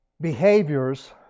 behaviors